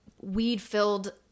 weed-filled